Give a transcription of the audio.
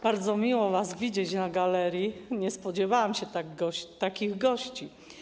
Bardzo miło was widzieć na galerii, nie spodziewałam się takich gości.